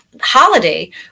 holiday